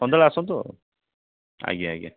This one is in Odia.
ସନ୍ଧ୍ୟାବେଳେ ଆସନ୍ତୁ ଆଉ ଆଜ୍ଞା ଆଜ୍ଞା